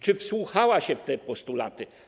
Czy wsłuchała się w te postulaty?